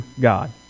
God